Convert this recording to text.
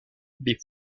les